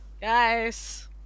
guys